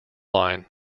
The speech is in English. line